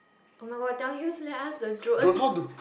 [oh]-my-god tell you leh tell the drone